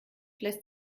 lässt